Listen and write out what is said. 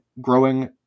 growing